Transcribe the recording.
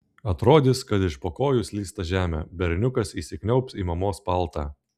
atrodys kad iš po kojų slysta žemė berniukas įsikniaubs į mamos paltą